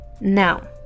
Now